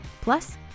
Plus